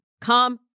come